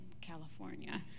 California